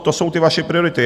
To jsou ty vaše priority.